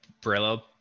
Brillo